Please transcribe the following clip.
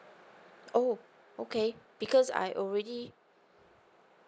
oh okay because I already